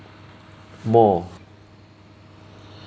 more